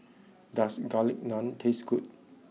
does Garlic Naan taste good